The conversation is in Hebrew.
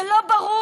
זה לא ברור.